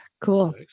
cool